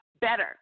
better